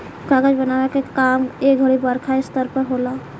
कागज बनावे के काम ए घड़ी बड़का स्तर पर होता